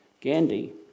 Gandhi